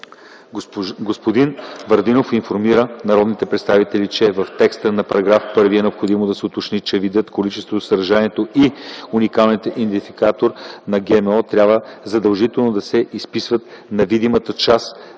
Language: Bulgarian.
Господин Варадинов информира народните представители, че в текста на § 1 е необходимо да се уточни, че видът, количественото съдържание и уникалният идентификатор на ГМО трябва задължително да се изписват на видимата част